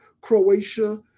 Croatia